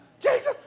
Jesus